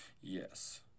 Yes